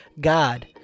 God